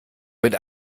mit